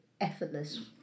Effortless